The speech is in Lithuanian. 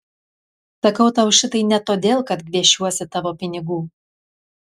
sakau tau šitai ne todėl kad gviešiuosi tavo pinigų